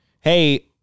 hey